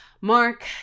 Mark